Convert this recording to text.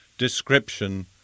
description